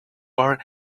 our